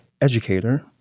educator